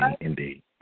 indeed